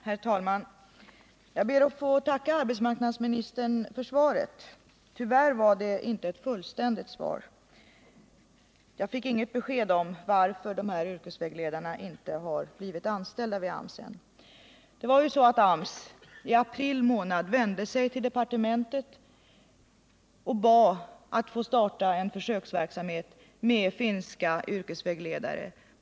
Herr talman! Jag ber att få tacka arbetsmarknadsministern för svaret. Tyvärr var det inte ett fullständigt svar — jag fick inget besked om varför yrkesvägledarna ännu inte har blivit anställda vid AMS. I april månad vände sig AMS till departementet och bad att få starta en försöksverksamhet med finska yrkesvägledare.